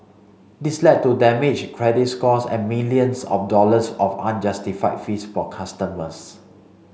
this led to damaged credit scores and millions of dollars of unjustified fees for customers